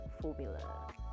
formula